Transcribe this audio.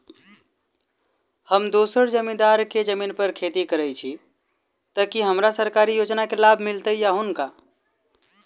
हम दोसर जमींदार केँ जमीन पर खेती करै छी तऽ की हमरा सरकारी योजना केँ लाभ मीलतय या हुनका?